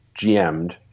GM'd